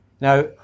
Now